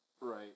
Right